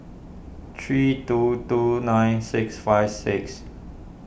three two two nine six five six